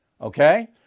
okay